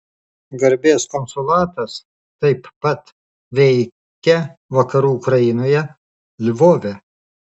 garbės konsulatas taip pat veikia vakarų ukrainoje lvove